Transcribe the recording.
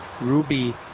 Ruby